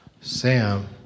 Sam